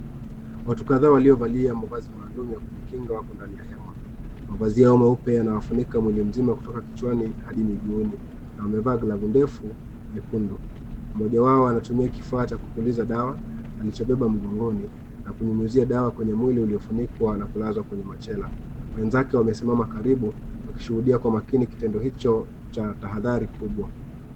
Watu kadhaa waliovalia mavazi maalum ya kujikinga, wapo ndani ya hema. Mavazi hayo meupe yanayofunika mwili mzima, kutoka kichwani hadi miguuni na wamevaa glavu ndefu nyekundu. Mmoja wao anatumia kifaa cha kupuliza dawa, alichobeba mgongoni na kunyunyizia dawa kwenye mwili uliofunikwa na kulazwa kwenye machela. Wenzake wamesimama karibu, wakishuhudia kwa makini kitendo hicho cha tahadhari kubwa.